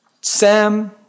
Sam